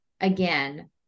again